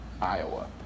Iowa